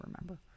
remember